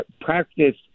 practice